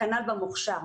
כנ"ל במוכש"ר.